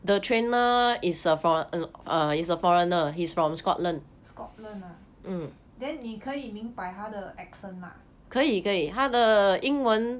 Scotland ah then 你可以明白他的 accent 吗